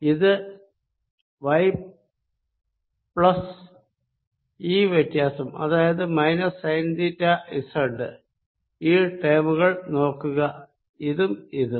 ഇത് y plus ഈ വ്യത്യാസം അതായത് മൈനസ് സൈൻ തീറ്റ സെഡ് ഈ ടേമുകൾ നോക്കുക ഇതും ഇതും